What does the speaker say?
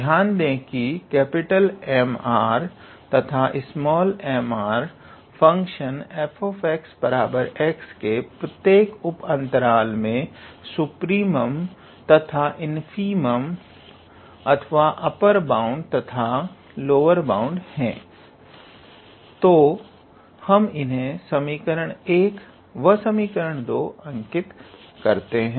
ध्यान दें कि Mr तथा mr फंक्शन f x के प्रत्येक उप अंतराल में सुप्रीमम तथा इनफीमम अथवा अपर बाउंड तथा लोअर बाउंड हैं तो हम इन्हें समीकरण 1 व समीकरण 2 अंकित करते हैं